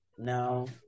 No